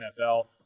NFL